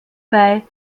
bei